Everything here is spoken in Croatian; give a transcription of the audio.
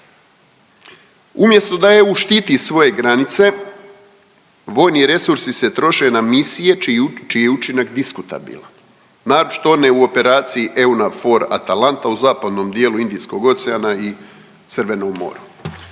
Umjesto da EU štiti svoje granice, vojni resursi se troše na misije čiji je učinak diskutabilan, naročito one u operaciji EU NAVFOR ATALANTA u zapadnom dijelu Indijskog oceana i Crvenog mora.